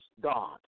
God